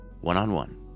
one-on-one